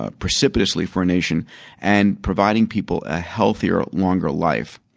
ah precipitously for a nation and providing people a healthier, longer life.